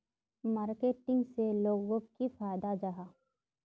Marketing से लोगोक की फायदा जाहा?